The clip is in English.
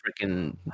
freaking